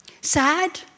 sad